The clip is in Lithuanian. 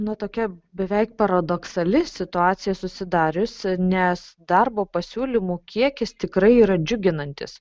nu tokia beveik paradoksali situacija susidariusi nes darbo pasiūlymų kiekis tikrai yra džiuginantis